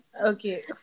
Okay